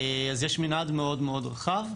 אז יש מנעד מאוד-מאוד רחב.